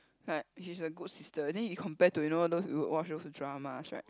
like she's a good sister then he compare to you know those you watch those dramas right